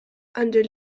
under